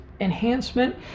enhancement